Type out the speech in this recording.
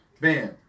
bam